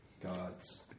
gods